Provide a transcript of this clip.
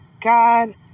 God